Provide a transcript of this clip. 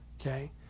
Okay